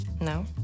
no